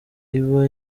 iba